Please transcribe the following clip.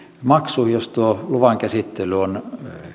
maksu jos tuo luvan käsittely on